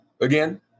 again